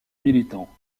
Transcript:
militant